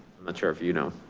not sure if, you know.